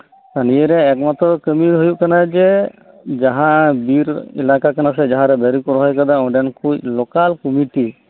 ᱱᱤᱭᱟᱹᱨᱮ ᱮᱠᱢᱟᱛᱨᱚ ᱠᱟᱹᱢᱤ ᱫᱚ ᱦᱩᱭᱩᱜ ᱠᱟᱱᱟ ᱡᱮ ᱡᱟᱦᱟᱸ ᱵᱤᱨ ᱮᱞᱟᱠᱟ ᱠᱟᱱᱟ ᱥᱮ ᱵᱤᱨ ᱫᱟᱨᱤᱠᱩ ᱨᱚᱦᱚᱭ ᱟᱠᱟᱫᱟ ᱚᱸᱰᱮᱱ ᱠᱩᱡ ᱞᱚᱠᱟᱞ ᱠᱚᱢᱤᱴᱤ